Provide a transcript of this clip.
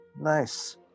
Nice